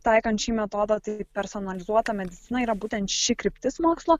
taikant šį metodą tai personalizuota medicina yra būtent ši kryptis mokslo